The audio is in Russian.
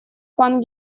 пан